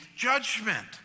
judgment